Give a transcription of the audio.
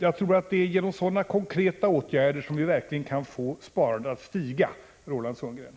Jag tror att det är genom sådana konkreta åtgärder som vi verkligen kan få sparandet att öka, Roland Sundgren.